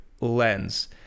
lens